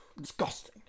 Disgusting